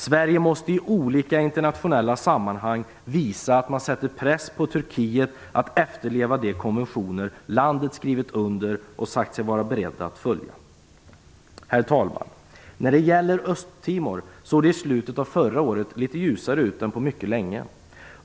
Sverige måste i olika internationella sammanhang visa att man sätter press på Turkiet att efterleva de konventioner landet skrivit under och sagt sig vara berett att följa. Herr talman! När det gäller Östtimor såg det i slutet av förra året litet ljusare ut än på mycket länge.